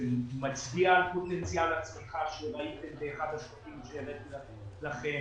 ומצביע על פוטנציאל הצמיחה שראיתם באחד השקפים שהראיתי לכם.